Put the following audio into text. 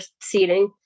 seating